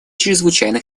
чрезвычайной